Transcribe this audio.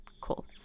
Cool